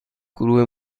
گروه